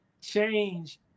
change